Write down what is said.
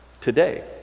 today